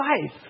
life